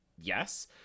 yes